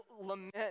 lament